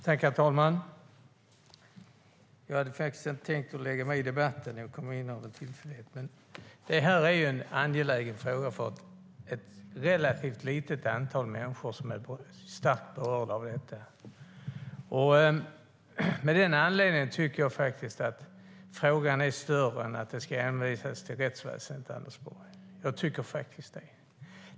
Herr talman! Jag hade inte tänkt lägga mig i den här debatten, men jag kom in här av en tillfällighet. Det här är en angelägen fråga för ett relativt litet antal människor som är starkt berörda av detta. Av den anledningen tycker jag faktiskt att frågan är för stor för att hänvisas till rättsväsendet, Anders Borg.